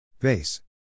Vase